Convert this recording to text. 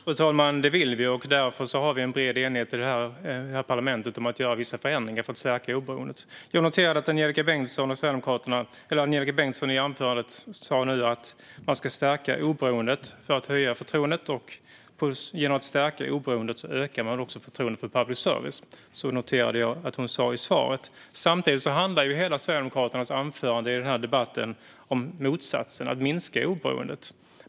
Fru talman! Det vill vi, och därför finns det en bred enighet i parlamentet om att göra vissa förändringar för att stärka oberoendet. Jag noterade att Angelika Bengtsson i sitt anförande nu sa att man ska stärka oberoendet för att höja förtroendet och att man genom att stärka oberoendet ökar förtroendet för public service. Så sa hon i svaret. Samtidigt handlar Sverigedemokraternas hela inlägg i den här debatten om motsatsen, att minska oberoendet.